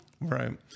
Right